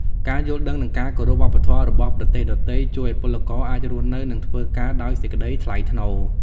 ការយល់ដឹង និងការគោរពវប្បធម៌របស់ប្រទេសដទៃ ជួយឱ្យពលករអាចរស់នៅ និងធ្វើការដោយសេចក្តីថ្លៃថ្នូរ។